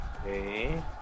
Okay